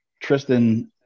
Tristan